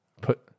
Put